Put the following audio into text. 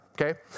okay